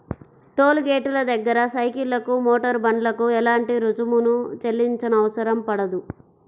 toll గేటుల దగ్గర సైకిళ్లకు, మోటారు బండ్లకు ఎలాంటి రుసుమును చెల్లించనవసరం పడదు